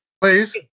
Please